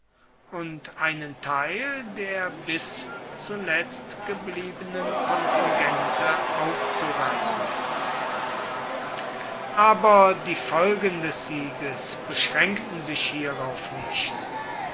und einen teil der bis zuletzt gebliebenen kontingente aufzureiben aber die folgen des sieges beschränkten sich hierauf nicht